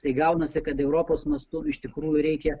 tai gaunasi kad europos mastu iš tikrųjų reikia